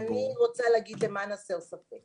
אני רוצה להגיד, למען הסר ספק.